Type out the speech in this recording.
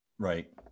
Right